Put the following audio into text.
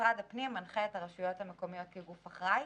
משרד הפנים מנחה את הרשויות המקומיות כגוף אחראי.